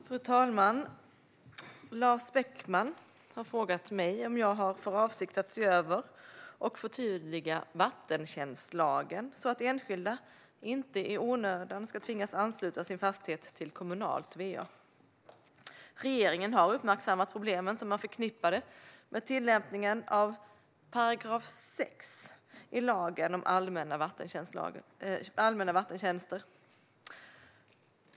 Fru talman! Lars Beckman har frågat mig om jag har för avsikt att se över och förtydliga vattentjänstlagen så att enskilda inte i onödan ska tvingas ansluta sin fastighet till kommunalt va. Regeringen har uppmärksammat problemen som är förknippade med tillämpningen av 6 § om allmänna vattentjänster.